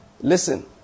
Listen